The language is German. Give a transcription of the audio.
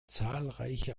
zahlreiche